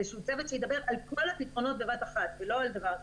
צוות שידבר על כל הפתרונות בבת אחת ולא על דבר אחד.